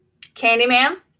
Candyman